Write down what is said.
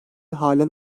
halen